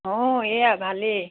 অঁ এইয়া ভালেই